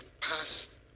pass